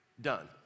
Done